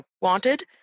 wanted